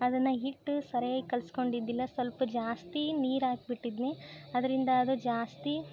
ಅದನ್ನು ಹಿಟ್ಟು ಸರ್ಯಾಗಿ ಕಲಿಸ್ಕೊಂಡಿದ್ದಿಲ್ಲ ಸ್ವಲ್ಪ ಜಾಸ್ತಿ ನೀರು ಹಾಕ್ಬಿಟ್ಟಿದ್ನಿ ಅದರಿಂದ ಅದು ಜಾಸ್ತಿ